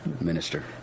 minister